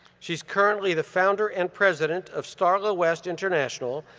she's currently the founder and president of starla west international,